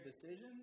decisions